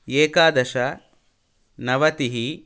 एकादश नवतिः